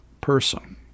person